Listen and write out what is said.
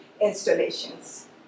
installations